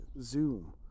Zoom